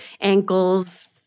ankles